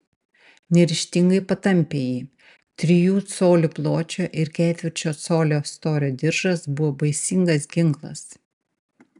neryžtingai patampė jį trijų colių pločio ir ketvirčio colio storio diržas buvo baisingas ginklas